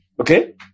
Okay